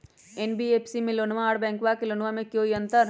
NBFC से लोनमा आर बैंकबा से लोनमा ले बे में कोइ अंतर?